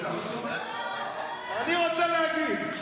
אני רוצה להגיב.